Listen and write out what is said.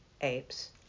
apes